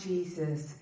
Jesus